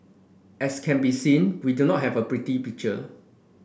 as can be seen we do not have a pretty picture